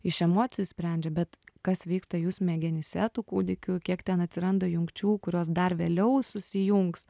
iš emocijų sprendžia bet kas vyksta jų smegenyse tų kūdikių kiek ten atsiranda jungčių kurios dar vėliau susijungs